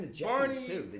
Barney